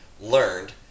learned